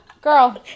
Girl